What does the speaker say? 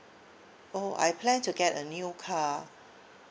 oh I plan to get a new car